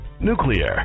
nuclear